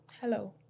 Hello